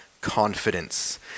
confidence